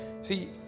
See